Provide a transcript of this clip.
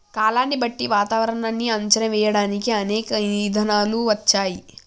కాలాన్ని బట్టి వాతావరనాన్ని అంచనా వేయడానికి అనేక ఇధానాలు వచ్చాయి